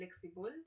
flexible